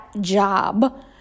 job